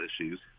issues